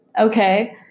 Okay